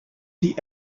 the